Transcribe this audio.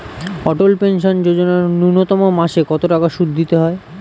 অটল pension Yojana ন্যূনতম মাসে কত টাকা সুধ দিতে হয়?